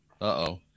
uh-oh